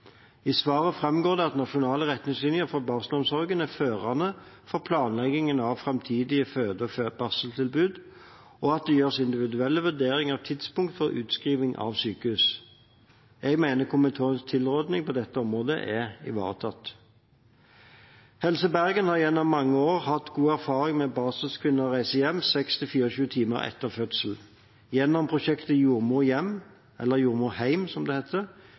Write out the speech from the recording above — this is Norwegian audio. I svaret framgår det at nasjonale retningslinjer for barselomsorgen er førende for planleggingen av framtidige føde- og barseltilbud, og at det gjøres individuelle vurderinger av tidspunkt for utskriving fra sykehus. Jeg mener komiteens tilrådning på dette området er ivaretatt. Helse Bergen har gjennom mange år hatt god erfaring med at barselkvinner reiser hjem 6–24 timer etter fødsel. Gjennom prosjektet JordmorHeim fikk barselkvinner fra Bergen flere hjemmebesøk av jordmor